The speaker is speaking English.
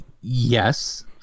Yes